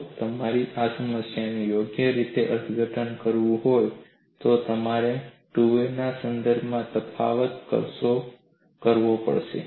જો તમારે આ સમીકરણોનું યોગ્ય રીતે અર્થઘટન કરવું હોય તો તમારે 2a ના સંદર્ભમાં તફાવત કરવો પડશે